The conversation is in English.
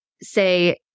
Say